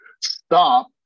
stop